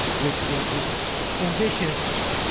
which was this ambitious,